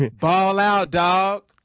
ball out, doc.